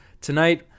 tonight